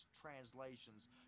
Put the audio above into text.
translations